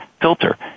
filter